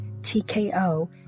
TKO